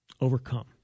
overcome